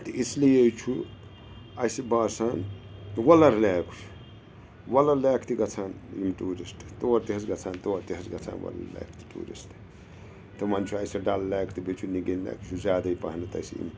تہٕ اِسلیے چھُ اَسہِ باسان وۄلَر لیک چھُ وۄلَر لیک تہِ گژھان یِم ٹوٗرِسٹ تور تہِ حظ گژھان تور تہِ حظ گژھان وۄلَر لیک تہِ ٹوٗرِسٹ تِمَن چھُ اَسہِ ڈَل لیک تہِ بیٚیہِ چھُ نِگِین لیک یہِ چھُ زیادَے پَہنَتھ اَسہِ یِم